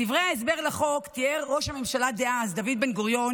בדברי ההסבר לחוק תיאר ראש הממשלה דאז דוד בן-גוריון